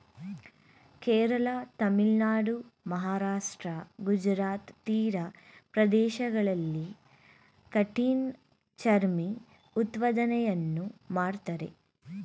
ಕೇರಳ, ತಮಿಳುನಾಡು, ಮಹಾರಾಷ್ಟ್ರ, ಗುಜರಾತ್ ತೀರ ಪ್ರದೇಶಗಳಲ್ಲಿ ಕಠಿಣ ಚರ್ಮಿ ಉತ್ಪಾದನೆಯನ್ನು ಮಾಡ್ತರೆ